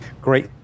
Great